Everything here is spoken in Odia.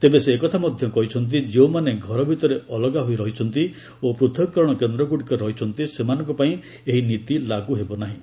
ତେବେ ସେ ଏ କଥା ମଧ୍ୟ କହିଛନ୍ତି ଯେଉଁମାନେ ଘର ଭିତରେ ଅଲଗା ହୋଇ ରହିଛନ୍ତି ଓ ପୂଥକୀକରଣ କେନ୍ଦ୍ରଗୁଡ଼ିକରେ ରହିଛନ୍ତି ସେମାନଙ୍କ ପାଇଁ ଏହି ନୀତି ଲାଗୁ ହେବ ନାହିଁ